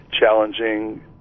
challenging